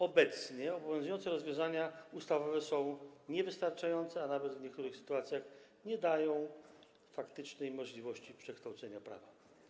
Obecnie obowiązujące rozwiązania ustawowe są niewystarczające, a nawet w niektórych sytuacjach nie dają faktycznej możliwości przekształcenia prawa.